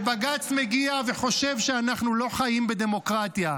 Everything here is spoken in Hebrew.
ובג"ץ מגיע וחושב שאנחנו לא חיים בדמוקרטיה.